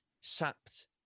sapped